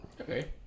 Okay